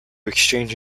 exchange